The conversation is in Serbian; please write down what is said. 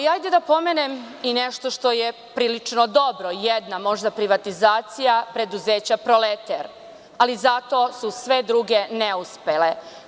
Hajde da pomenem i nešto što je prilično dobro, jedna možda privatizacija preduzeća „Proleter“, ali zato su sve neuspele.